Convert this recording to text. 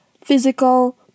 physical